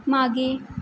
मागे